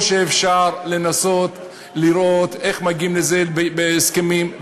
או שאפשר לנסות לראות איך מגיעים לזה בהסכמים,